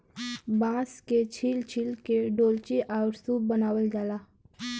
बांस के छील छील के डोल्ची आउर सूप बनावल जाला